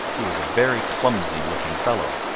he was a very clumsy-looking fellow.